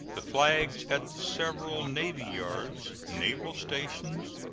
the flags at the several navy-yards, naval stations,